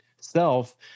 self